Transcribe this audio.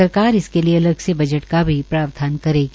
सरकार इसके लिए अलग से बजट का भी प्रावधान करेगी